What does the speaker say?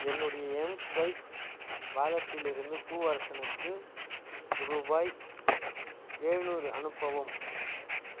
என்னுடைய எம்ஸ்வைப் வாலெட்டிலிருந்து பூவரசனுக்கு ரூபாய் எழுநூறு அனுப்பவும்